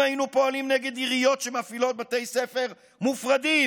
אם היינו פועלים נגד עיריות שמפעילות בתי ספר מופרדים,